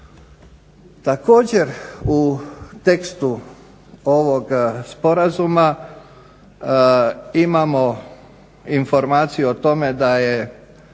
Također u tekstu ovog sporazuma imamo informaciju o tome da je